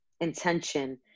intention